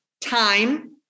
time